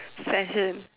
session